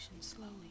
slowly